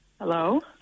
Hello